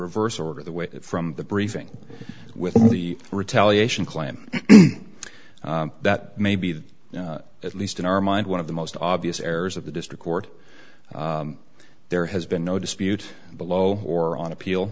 reverse order the way from the briefing with the retaliation claim that may be the at least in our mind one of the most obvious errors of the district court there has been no dispute below or on appeal